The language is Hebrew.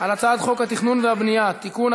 על הצעת חוק התכנון והבנייה (תיקון,